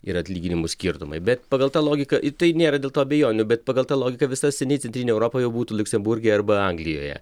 ir atlyginimų skirtumai bet pagal tą logiką i tai nėra dėl to abejonių bet pagal tą logiką visa seniai centrinė europa jau būtų liuksemburge arba anglijoje